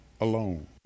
alone